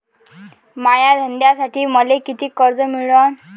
माया धंद्यासाठी मले कितीक कर्ज मिळनं?